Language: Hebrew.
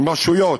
עם רשויות.